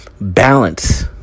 balance